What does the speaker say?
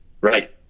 right